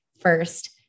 first